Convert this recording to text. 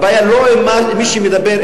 הבעיה לא עם מי שמדבר,